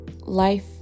Life